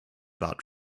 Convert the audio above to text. about